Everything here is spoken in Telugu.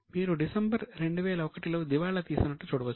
మీరు డిసెంబర్ 2001 లో దివాళా తీసినట్లు చూడవచ్చు